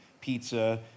pizza